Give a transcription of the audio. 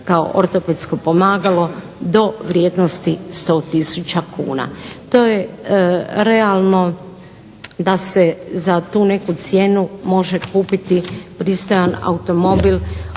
kao ortopedsko pomagalo do vrijednosti 100 tisuća kuna. To je realno da se za tu neku cijenu može kupiti pristojan automobil